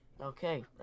Okay